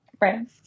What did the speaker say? Right